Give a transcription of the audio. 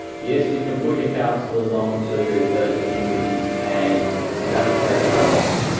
yes, you can put your councillors on to those new committees and you'd have to take some off.